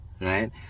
right